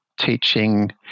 teaching